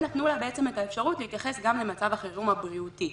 נתנו לה בעצם את האפשרות להתייחס גם למצב החירום הבריאותי.